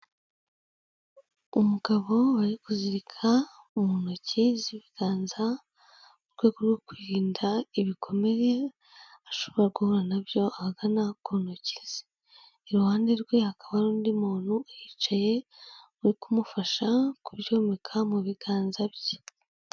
Umugabo bari kuzirika mu ntoki z'ibiganza mu rwego rwo kwirinda ibikomere ashobora guhura nabyo ahagana ku ntoki ze, iruhande rwe hakaba hari undi muntu wicaye uri kumufasha kubyomeka mu biganza bye.